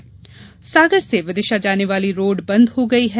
वहीं सागर से विदिशा जाने वाली रोड बन्द हो गई है